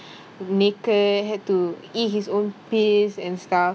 naked had to eat his own piss and stuff